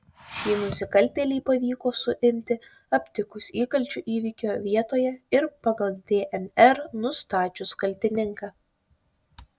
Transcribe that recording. šį nusikaltėlį pavyko suimti aptikus įkalčių įvykio vietoje ir pagal dnr nustačius kaltininką